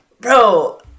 Bro